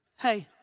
hey,